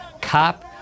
cop